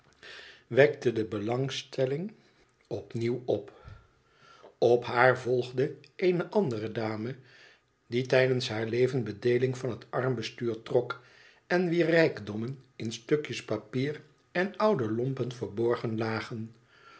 wekte de belangstelling opnieuw op op haar volgde eene andere dame die tijdens haar leven bedeeling van het armbestuur trok en wier rijkdommen in stukjes papier en oude lompen verborgen lagen